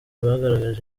bagaragaje